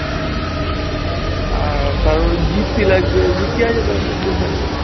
হুম আর তারপর জিপসি লাগবে জিপসি আছে তো আপনার দোকানে